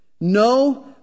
No